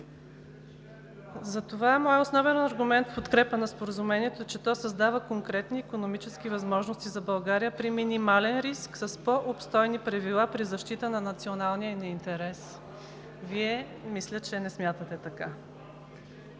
Затова моят основен аргумент в подкрепа на Споразумението е, че то създава конкретни икономически възможности за България при минимален риск с по-обстойни правила при защита на националния ни интерес. Вие мисля, че не смятате така.